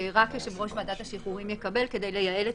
שרק יושב-ראש ועדת השחרורים יקבל כדי לייעל את